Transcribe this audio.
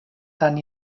tan